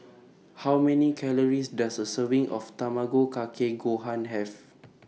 How Many Calories Does A Serving of Tamago Kake Gohan Have